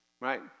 Right